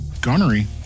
Gunnery